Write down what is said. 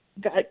got